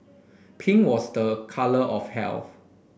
pink was the colour of health